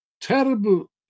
terrible